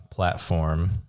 platform